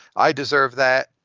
i deserve that.